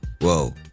Whoa